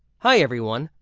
hi everyone,